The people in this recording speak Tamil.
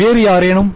வேறு யாரேனும்